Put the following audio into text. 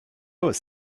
was